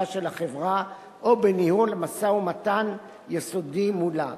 של החברה או בניהול משא-ומתן יסודי מולה.